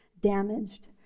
damaged